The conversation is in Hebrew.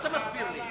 אתה לא צודק.